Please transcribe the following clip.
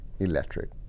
Electric